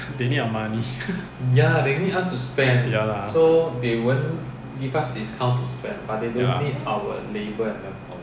they need our money ya lah ya